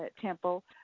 Temple